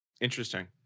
interesting